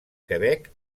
quebec